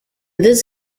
this